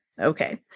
Okay